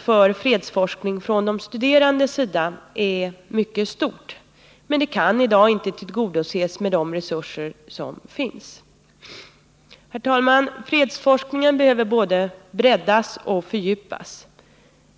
för fredsforskning från de studerandes sida är däremot mycket stort. Men det kan inte tillgodoses med de resurser som i dag finns. Herr talman! Fredsforskningen behöver både breddas och fördjupas.